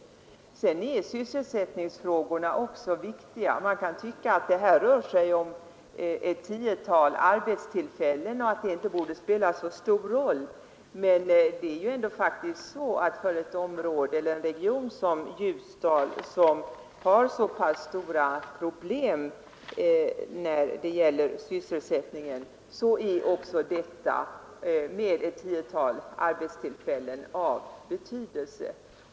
Slutligen är också sysselsättningsfrågorna viktiga. Man kan visserligen säga att här rör det sig bara om ett tiotal arbetstillfällen och att de inte borde spela en så stor roll. Men för en region som Ljusdal med så pass stora sysselsättningsproblem som där finns är också detta med ett tiotal arbetstillfällen av betydelse.